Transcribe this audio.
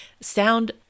sound